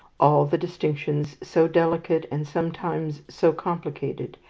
all the distinctions, so delicate and sometimes so complicated,